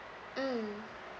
mm